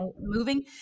moving